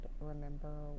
remember